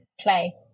play